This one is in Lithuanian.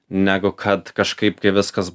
negu kad kažkaip kai viskas